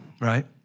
right